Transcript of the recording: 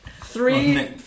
Three